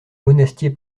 monastier